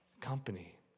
company